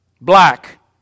Black